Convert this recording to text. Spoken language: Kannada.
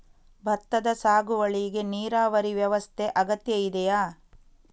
ಭತ್ತದ ಸಾಗುವಳಿಗೆ ನೀರಾವರಿ ವ್ಯವಸ್ಥೆ ಅಗತ್ಯ ಇದೆಯಾ?